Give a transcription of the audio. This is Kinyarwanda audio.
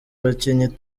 bakinnyi